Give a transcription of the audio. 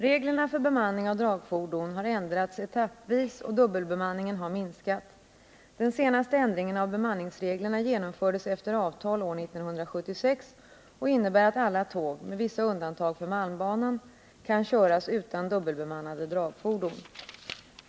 Reglerna för bemanning av dragfordon har ändrats etappvis och dubbelbemanningen har minskat. Den senaste ändringen av bemanningsreglerna genomfördes efter avtal år 1976 och innebär att alla tåg — med vissa undantag för malmbanan — kan köras utan dubbelbemannade dragfordon.